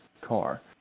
car